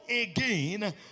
again